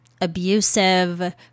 abusive